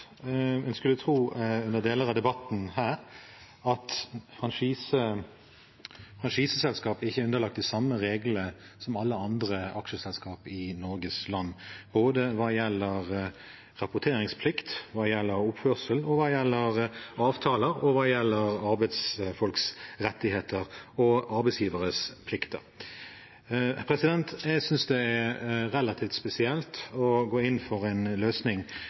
En skulle tro under deler av debatten her at franchiseselskaper ikke er underlagt de samme reglene som alle andre aksjeselskaper i Norges land, verken hva gjelder rapporteringsplikt, oppførsel, avtaler eller arbeidsfolks rettigheter og arbeidsgiveres plikter. Jeg synes det er relativt spesielt å gå inn for en løsning